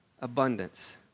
Abundance